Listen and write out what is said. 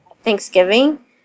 Thanksgiving